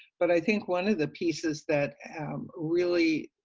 but i think one of the pieces that really,